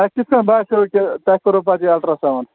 تۄہہِ کِتھٕ کٔنۍ باسٮ۪وٕ کہِ تۄہہِ کوٚروٕ پتہٕ یہِ اَلٹراساوُنٛڈ